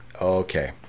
Okay